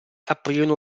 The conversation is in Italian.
aprirono